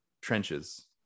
trenches